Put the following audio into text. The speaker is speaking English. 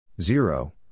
Zero